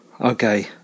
Okay